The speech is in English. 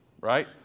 right